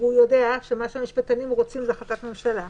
והוא יודע שמה שמשפטנים רוצים זאת החלטת ממשלה.